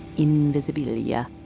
invisibilia